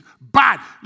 bad